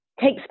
takes